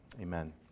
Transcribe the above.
Amen